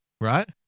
right